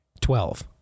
Twelve